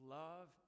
love